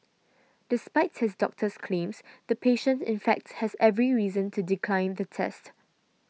despite his doctor's claims the patient in fact has every reason to decline the test